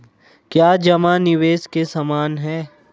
क्या जमा निवेश के समान है?